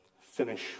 finish